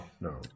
no